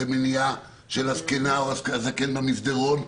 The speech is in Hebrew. זאת מניעה של הזקנה או הזקן במסדרון,